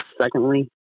secondly